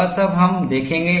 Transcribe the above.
वह सब हम देखेंगे